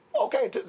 Okay